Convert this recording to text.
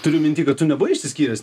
turiu minty kad tu nebuvai išsiskyręs